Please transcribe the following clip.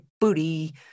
booty